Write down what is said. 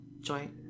joint